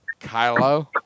Kylo